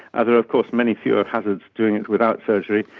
ah there are of course many fewer hazards doing it without surgery.